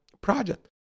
project